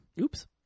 oops